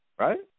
Right